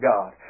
God